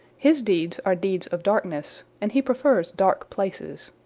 his deeds are deeds of darkness, and he prefers dark places.